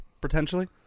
potentially